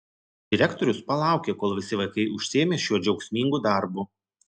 direktorius palaukė kol visi vaikai užsiėmė šiuo džiaugsmingu darbu